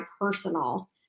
personal